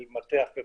של מטה החברה,